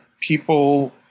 people